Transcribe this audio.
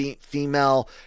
female